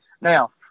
Now